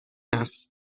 است